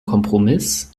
kompromiss